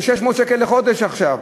זה 600 שקל לחודש עכשיו.